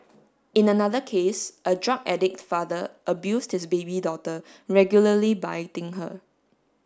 in another case a drug addict father abused his baby daughter regularly biting her